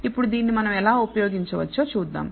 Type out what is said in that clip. ఇప్పుడు దీన్ని మనం ఎలా ఉపయోగించవచ్చో చూద్దాం